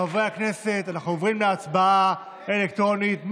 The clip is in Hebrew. חברי הכנסת, אנחנו עוברים להצבעה אלקטרונית.